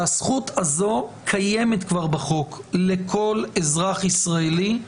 הזכות הזו קיימת כבר בחוק לכל אזרח ישראלי,